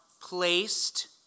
placed